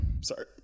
sorry